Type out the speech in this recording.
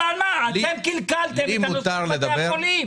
אלה שקלקלתם את המתווה לבתי החולים.